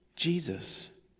Jesus